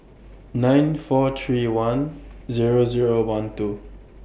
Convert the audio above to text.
nine four three one Zero Zero one two